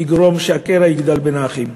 יגרום לכך שהקרע יגדל בין האחים.